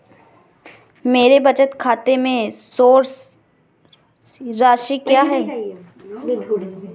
मेरे बचत खाते में शेष राशि क्या है?